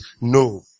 No